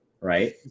right